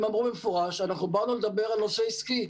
- הם אמרו במפורש, אנחנו באנו לדבר על נושא עסקי,